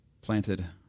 planted